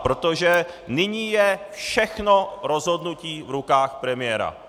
Protože nyní je všechno rozhodnutí v rukách premiéra.